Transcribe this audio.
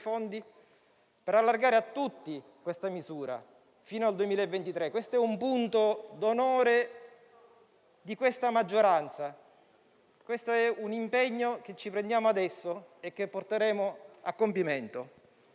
per allargare a tutti questa misura fino al 2023. È un punto d'onore di questa maggioranza e un impegno che ci prendiamo adesso e che porteremo a compimento.